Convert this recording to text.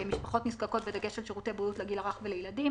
משפחות נזקקות בדגש על שירותי בריאות בגיל הרך לילדים.